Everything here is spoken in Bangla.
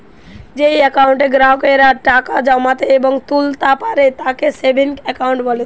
যেই একাউন্টে গ্রাহকেরা টাকা জমাতে এবং তুলতা পারে তাকে সেভিংস একাউন্ট বলে